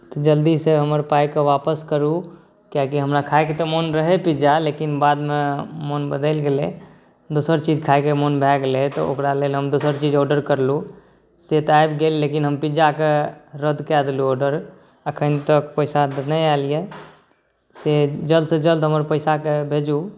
तऽ जल्दीसँ हमर पाइके वापस करू कियाकि हमरा खाइके तऽ मोन रहै पिज्जा लेकिन बादमे मोन बदलि गेलै दोसर चीज खाइके मोन भऽ गेलै तऽ ओकरा लेल हम दोसर चीज ऑडर करलहुँ से तऽ आबि गेल लेकिन हम पिज्जाके रद्द कऽ देलहुँ ऑडर एखन तक पइसा तऽ नहि आएल अइ से जल्दसँ जल्द हमर पइसाके भेजू